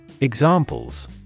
Examples